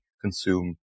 consume